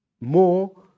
more